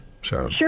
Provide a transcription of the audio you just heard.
Sure